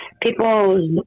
people